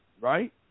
right